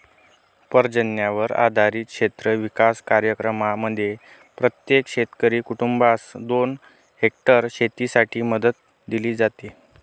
पर्जन्यावर आधारित क्षेत्र विकास कार्यक्रमांमध्ये प्रत्येक शेतकरी कुटुंबास दोन हेक्टर शेतीसाठी मदत दिली जाते